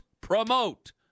promote